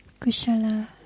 kushala